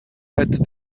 add